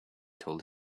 told